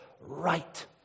right